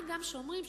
מה גם שאומרים,